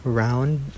round